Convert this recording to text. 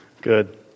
Good